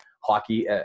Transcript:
hockey